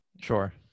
Sure